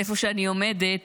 איפה שאני עומדת,